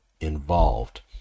involved